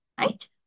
right